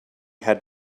had